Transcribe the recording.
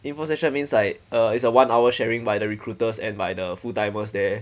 info session means like uh it's a one hour sharing by the recruiters and by the full timers there